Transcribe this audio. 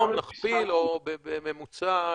נכפיל או בממוצע,